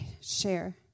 share